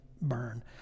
burn